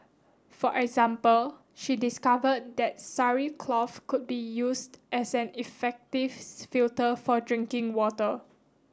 for example she discover that sari cloth could be used as an effective filter for drinking water